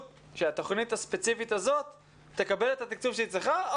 שהתוכנית הספציפית הזאת תקבל את התקצוב שהיא צריכה,